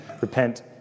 Repent